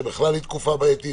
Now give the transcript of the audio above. שבכלל היא תקופה בעייתית,